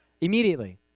Immediately